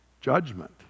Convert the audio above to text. Judgment